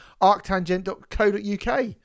arctangent.co.uk